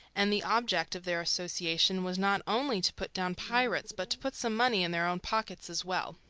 and the object of their association was not only to put down pirates, but to put some money in their own pockets as well.